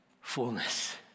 fullness